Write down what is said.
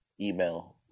email